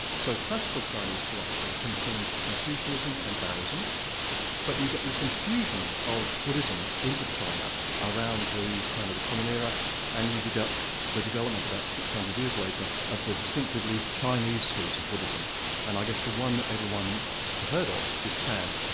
so classical chinese philosophy contains confucianism and taoism but you get this infusion of buddhism into china around the turn of the common era and you you get the development about six hundred years later of the distinctively chinese schools of buddhism and i guess the one that everyone has heard of is chan,